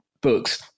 books